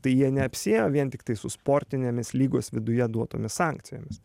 tai jie neapsiėjo vien tiktai su sportinėmis lygos viduje duotomis sankcijomis